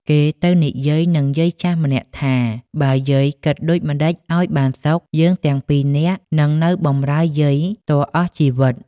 គេទៅនិយាយនឹងយាយចាស់ម្នាក់ថា "បើយាយគិតដូចម្តេចឲ្យបានសុខ យើងទាំងពីរនាក់នឹងនៅបម្រើយាយ ទាល់អស់ជីវិត" ។